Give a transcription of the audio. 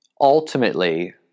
Ultimately